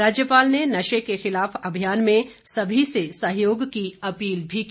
राज्यपाल ने नशे के खिलाफ अभियान में सभी से सहयोग की अपील भी की